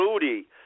Rudy